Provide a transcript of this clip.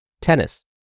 Tennis